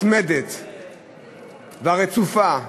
המתמדת והרצופה,